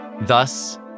Thus